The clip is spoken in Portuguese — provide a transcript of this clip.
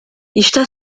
está